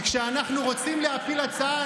כי כשאנחנו רוצים להפיל הצעה,